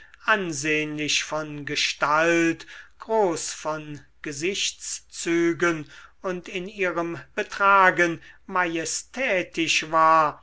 ansehnlich von gestalt groß von gesichtszügen und in ihrem betragen majestätisch war